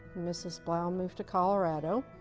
mrs. blough moved to colorado.